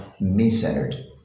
me-centered